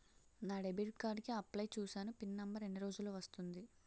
నా debit card కి apply చూసాను పిన్ నంబర్ ఎన్ని రోజుల్లో వస్తుంది?